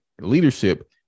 leadership